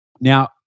Now